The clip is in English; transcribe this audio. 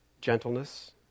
gentleness